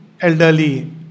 elderly